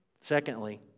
Secondly